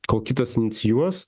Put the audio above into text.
kol kitas inicijuos